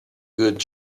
good